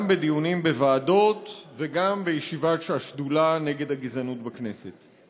גם בדיונים בוועדות וגם בישיבת השדולה נגד הגזענות בכנסת.